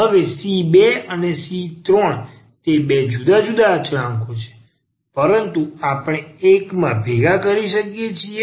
હવે c2 અને c3 તે બે જુદા જુદા અચળાંકો છે પરંતુ આપણે એક માં ભેગા કરી શકીએ છીએ